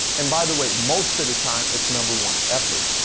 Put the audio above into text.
and by the way, most of the time it's number one, effort.